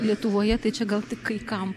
lietuvoje tai čia gal tik kai kam